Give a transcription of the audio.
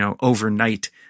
overnight